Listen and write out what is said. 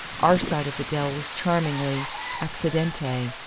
our side of the dell was charmingly accidente,